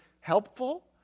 helpful